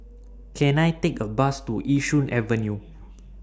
Can I Take A Bus to Yishun Avenue